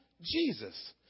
Jesus